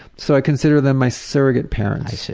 so i consider them my surrogate parents.